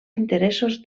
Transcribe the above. interessos